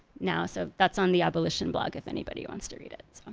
now. so that's on the abolition blog if anybody wants to read it.